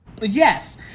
Yes